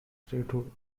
statehood